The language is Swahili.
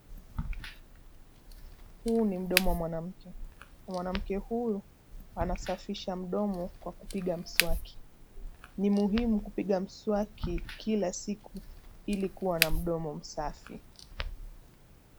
Huu ni mdomo wa mwanamke. Mwanamke huyu anasafisha mdomo kwa kupiga mswaki. Ni muhimu kupiga mswaki kila siku ili kuwa na mdomo msafi.